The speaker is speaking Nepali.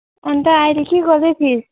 अन्त अहिले के गर्दै थिइस्